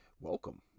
welcome